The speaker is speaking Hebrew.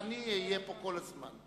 אני אהיה פה כל הזמן.